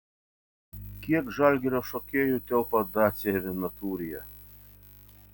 kiek žalgirio šokėjų telpa dacia vienatūryje